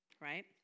right